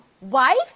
wife